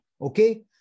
Okay